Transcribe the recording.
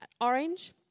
orange